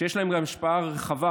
שיש להם השפעה רחבה,